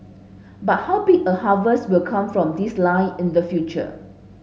but how big a harvest will come from this lie in the future